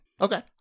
Okay